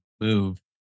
move